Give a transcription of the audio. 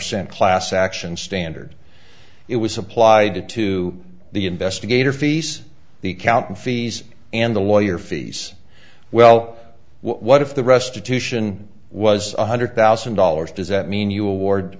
cent class action standard it was applied to the investigator fees the accountant fees and the lawyer fees well what if the restitution was one hundred thousand dollars does that mean you award